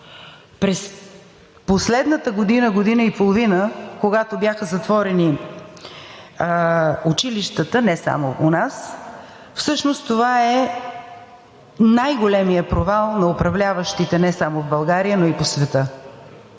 през последната година – година и половина, когато бяха затворени училищата, не само у нас, всъщност това е най-големият провал на управляващите не само в България, но и по света.